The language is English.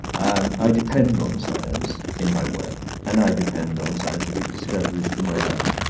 um i depend on science in my work, and i depend on scientific discoveries for my life.